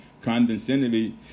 condescendingly